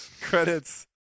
credits